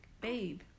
Babe